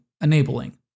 Enabling